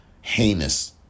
heinous